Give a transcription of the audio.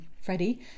Freddie